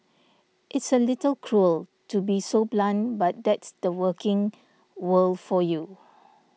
it's a little cruel to be so blunt but that's the working world for you